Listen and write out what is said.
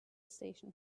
station